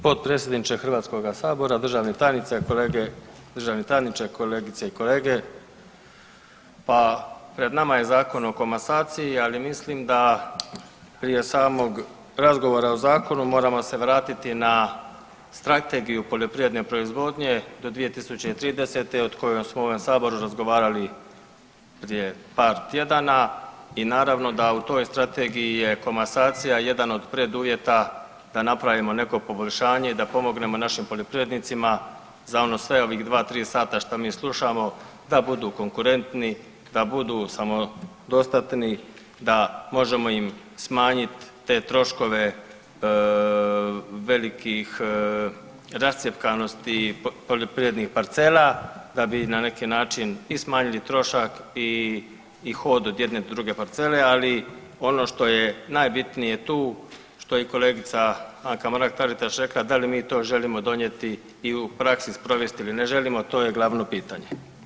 Potpredsjedniče Hrvatskoga sabora, državni tajnice, državni tajniče, kolegice i kolege pa pred nama je Zakon o komasaciji ali mislim da prije samog razgovora o zakonu moramo se vratiti na strategiju poljoprivredne proizvodnje 2030. o kojoj smo u ovom saboru razgovarali prije par tjedana i naravno da u toj strategiji je komasacija jedan od preduvjeta da napravimo neko poboljšanje i da pomognemo našim poljoprivrednicima za ono sve ovih 2-3 sata što mi slušamo da budu konkurentni, da budu samodostatni, da možemo im smanjiti te troškove velikih rascjepkanosti poljoprivrednih parcela da bi na neki način i smanjili trošak i hod od jedne do druge parcele, ali ono što je najbitnije tu što je i kolegica Anka Mrak Taritaš da li mi to želimo donijeti i u praksi sprovesti ili ne želimo to je glavno pitanje.